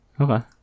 Okay